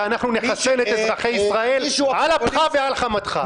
ואנחנו נחסן את אזרחי ישראל על אפך ועל חמתך.